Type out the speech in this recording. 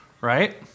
right